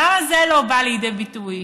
למה זה לא בא לידי ביטוי?